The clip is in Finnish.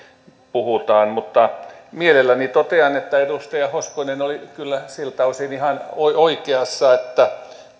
puhutaan mutta mielelläni totean että edustaja hoskonen oli kyllä siltä osin ihan oikeassa että